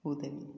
உதவி